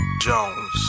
Jones